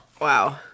Wow